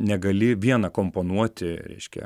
negali vien akomponuoti reiškia